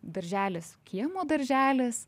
darželis kiemo darželis